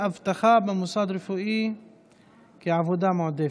אבטחה במוסד רפואי כעבודה מועדפת).